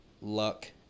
luck